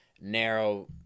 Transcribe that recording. narrow